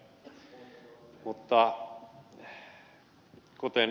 mutta kuten ed